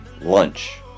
lunch